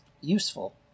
useful